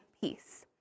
peace